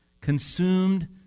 consumed